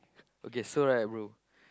okay so right bro